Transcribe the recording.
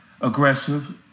aggressive